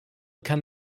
kann